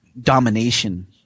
domination